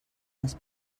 les